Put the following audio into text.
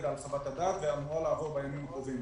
על חוות הדעת והיא אמורה לעבור בימים הקרובים.